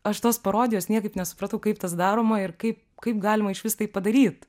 aš tos parodijos niekaip nesupratau kaip tas daroma ir kaip kaip galima išvis tai padaryt